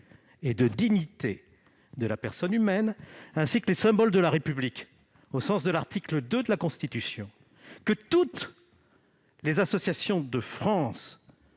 et de dignité de la personne humaine, ainsi que les symboles de la République, au sens de l'article 2 de la Constitution. Toutes les associations de France